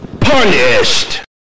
Punished